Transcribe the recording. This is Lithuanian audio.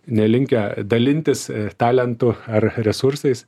nelinkę dalintis talentu ar resursais